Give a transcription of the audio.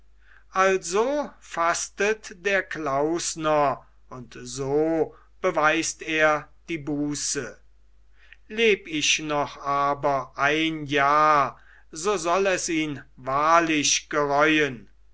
also fastet der klausner und so beweist er die buße leb ich noch aber ein jahr so soll es ihn wahrlich gereuen